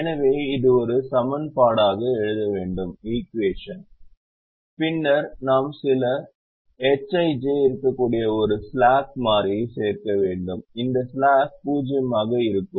எனவே இது ஒரு சமன்பாடாக எழுதப்பட வேண்டும் பின்னர் நாம் சில Hij இருக்கக்கூடிய ஒரு ஸ்லாக் மாறி சேர்க்க வேண்டும் அந்த ஸ்லாக் 0 ஆக இருக்கும்